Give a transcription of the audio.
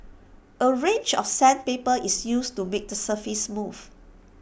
A range of sandpaper is used to make the surface smooth